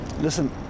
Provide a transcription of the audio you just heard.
Listen